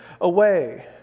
away